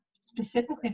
specifically